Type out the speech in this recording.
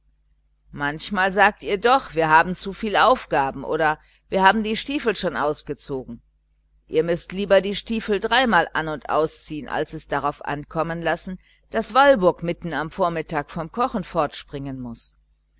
manchmal sagt ihr doch wir haben zuviel aufgaben oder wir haben die stiefel schon ausgezogen ihr müßt lieber die stiefel dreimal aus und anziehen als es darauf ankommen lassen daß walburg mitten am vormittag vom kochen fortspringen muß